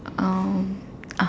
um ah